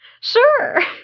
Sure